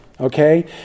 Okay